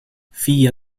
figlia